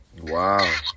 Wow